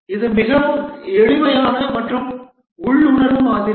இது மிகவும் எளிமையான மற்றும் உள்ளுணர்வு மாதிரி